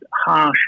harsh